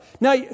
Now